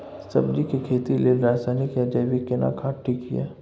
सब्जी के खेती लेल रसायनिक या जैविक केना खाद ठीक ये?